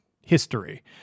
history